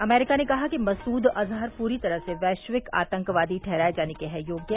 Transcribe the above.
America ने कहा कि मसूद अजहर पूरी तरह से वैश्विक आतंकवादी ठहराए जाने के है योग्य